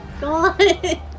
god